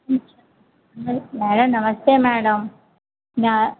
madam నమస్తే madam మ్యా